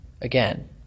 again